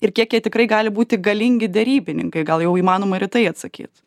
ir kiek jie tikrai gali būti galingi derybininkai gal jau įmanoma ir į tai atsakyt